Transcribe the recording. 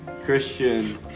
Christian